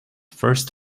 first